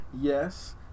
yes